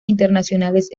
internacionales